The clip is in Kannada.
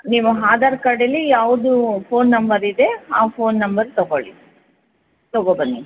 ನೀವು ಆಧಾರ್ ಕಾರ್ಡಲ್ಲಿ ಯಾವುದು ಫೋನ್ ನಂಬರ್ ಇದೆ ಆ ಫೋನ್ ನಂಬರ್ ತಗೊಳ್ಳಿ ತಗೊ ಬನ್ನಿ